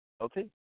Okay